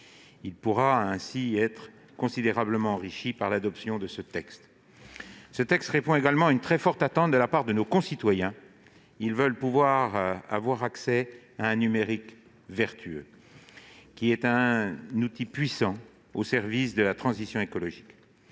il pourra ainsi être considérablement enrichi par l'adoption de cette proposition de loi. Ce texte répond également à une très forte attente de nos concitoyens, lesquels veulent avoir accès à un numérique vertueux, qui est un outil puissant au service de la transition écologique.